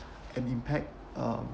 an impact um